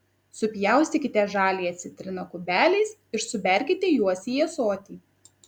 supjaustykite žaliąją citriną kubeliais ir suberkite juos į ąsotį